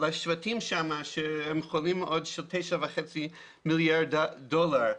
לשבטים שם בסכום של תשעה וחצי מיליארד דולר.